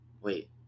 Wait